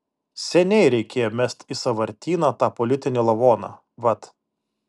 seniai reikėjo mest į sąvartyną tą politinį lavoną vat